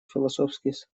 философских